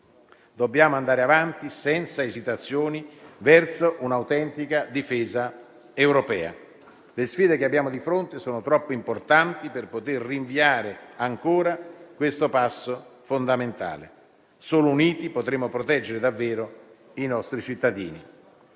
Dobbiamo andare avanti senza esitazioni verso un'autentica difesa europea. Le sfide che abbiamo di fronte sono troppo importanti per poter rinviare ancora questo passo fondamentale. Solo uniti potremo proteggere davvero i nostri cittadini.